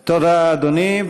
תודה, אדוני.